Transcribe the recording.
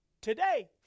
today